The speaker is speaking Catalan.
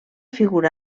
figura